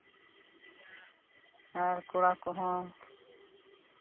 ᱟᱨ ᱠᱚᱲᱟ ᱠᱚᱦᱚᱸ